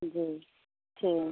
जी